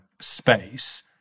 space